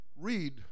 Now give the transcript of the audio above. read